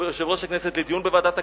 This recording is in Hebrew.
ליושב-ראש הכנסת, לדיון בוועדת הכנסת,